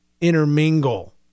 intermingle